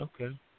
Okay